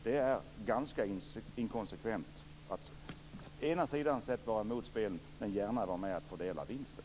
Det är ganska inkonsekvent att å ena sidan vara emot spel men å andra sidan gärna vara med och fördela vinsten.